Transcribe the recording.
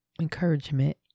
encouragement